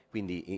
Quindi